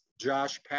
Josh